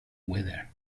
whether